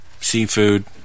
Seafood